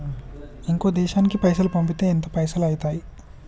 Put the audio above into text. ఇంకో దేశానికి పైసల్ పంపితే ఎంత పైసలు అయితయి?